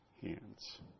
hands